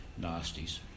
nasties